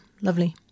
lovely